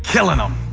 killin' em.